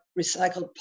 recycled